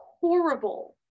horrible